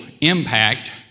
impact